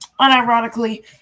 unironically